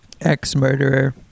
Ex-murderer